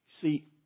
See